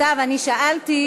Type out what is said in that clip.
סתיו, אני שאלתי,